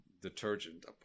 detergent